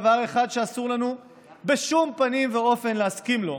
דבר אחד שאסור לנו בשום פנים ואופן להסכים לו,